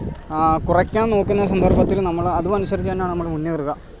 കുറക്കാൻ നോക്കുന്ന സന്ദർഭത്തിൽ നമ്മൾ അതും അനുസരിച്ച് തന്നെയാണ് നമ്മൾ മുന്നേറുക